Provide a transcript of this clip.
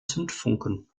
zündfunken